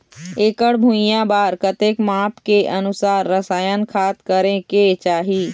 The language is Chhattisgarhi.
एकड़ भुइयां बार कतेक माप के अनुसार रसायन खाद करें के चाही?